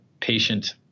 patient